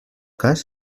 cas